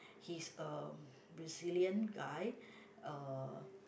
he's a resilient guy uh